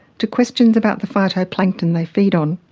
to questions about the phytoplankton they feed on,